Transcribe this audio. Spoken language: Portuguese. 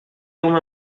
uma